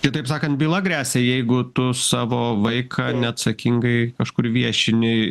kitaip sakant byla gresia jeigu tu savo vaiką neatsakingai kažkur viešini